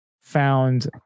found